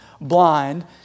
blind